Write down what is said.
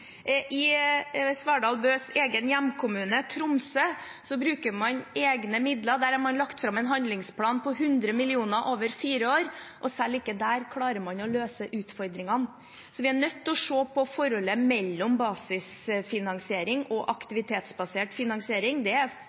I Svardal Bøes egen hjemkommune, Tromsø, bruker man egne midler. Der har man lagt fram en handlingsplan på 100 mill. kr over fire år, og selv ikke der klarer man å løse utfordringene. Vi er nødt til å se på forholdet mellom basisfinansiering og aktivitetsbasert finansiering. Det